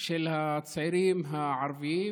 של הצעירים הערבים.